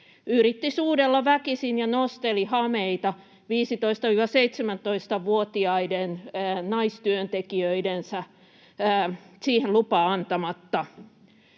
yritti suudella väkisin ja nosteli hameita 15—17-vuotiaiden naistyöntekijöidensä siihen lupaa antamatta.